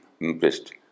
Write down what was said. impressed